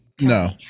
No